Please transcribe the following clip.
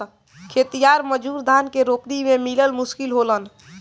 खेतिहर मजूर धान के रोपनी में मिलल मुश्किल होलन